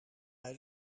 bij